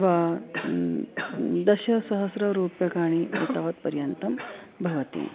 वा दशसहस्ररूप्यकाणि एतावत् पर्यन्तं भवति